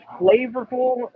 flavorful